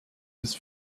his